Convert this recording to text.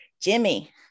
Jimmy